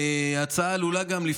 ההצעה עלולה גם,